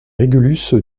régulus